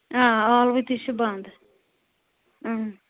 آ ٲلوٕ تہِ چھِ بنٛد اۭں